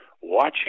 watching